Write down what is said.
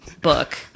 book